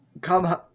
come